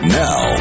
now